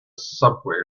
subway